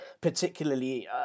particularly